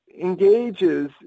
engages